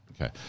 Okay